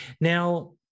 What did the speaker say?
Now